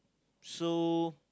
so